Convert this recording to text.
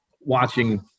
watching